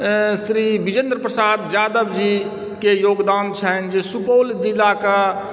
श्री बिजेन्द्र प्रसाद यादव जीके योगदान छनि जे सुपौल जिलाके